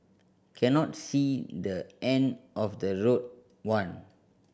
cannot see the end of the road one